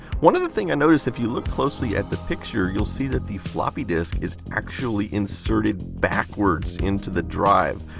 one other thing i noticed is if you look closely at the picture, you'll see that the floppy disk is actually inserted backwards into the drive,